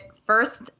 first